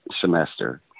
semester